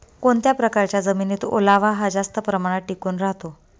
कोणत्या प्रकारच्या जमिनीत ओलावा हा जास्त प्रमाणात टिकून राहतो?